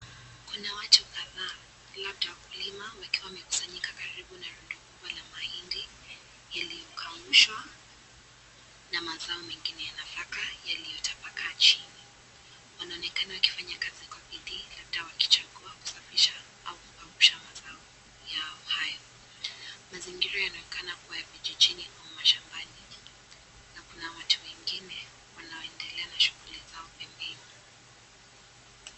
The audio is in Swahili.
Kuna watu kadhaa labda wakulima wakiwa wamekusanyika karibu na rundi kubwa la mahindi iliyokaushwa na mazao mengine ya nafaka yaliyotabakaa chini. Wanaonekana wakifanya kazi kwa bidii labda wakichagua kusafisha au kukausha mazao yao hayo. Mazingira yanaonekana kuwa ya kijijini au mashambani na kuna watu wengine wanaoendelea na shughuli zao pembeni.